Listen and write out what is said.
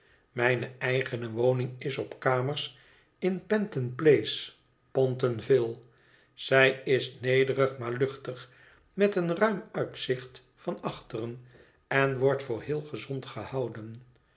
mijne eigene woning is op kamers in pentonplace pentonville zij is nederig maar luchtig met een ruim uitzicht van achteren en wordt voor heel gezond gehouden